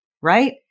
right